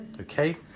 okay